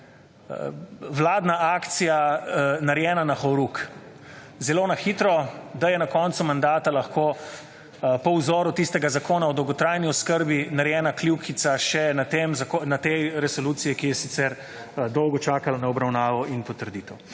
vladna akcija narejena na horuk zelo na hitro, da je na koncu mandata lahko po vzoru tistega Zakona o dolgotrajni oskrbi narejena kljukica še na tej resoluciji, ki je sicer dolgo čakala na obravnavo in potrditev,